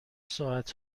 ساعت